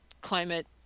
climate